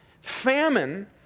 famine